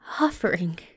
Offering